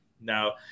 Now